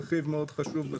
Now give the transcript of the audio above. רכיב מאוד חשוב בתהליך.